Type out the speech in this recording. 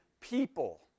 people